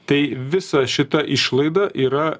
tai visa šita išlaida yra